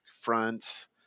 Front